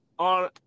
on